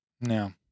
No